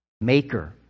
maker